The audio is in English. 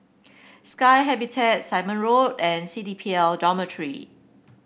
Sky Habitat Simon Road and C D P L Dormitory